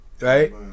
Right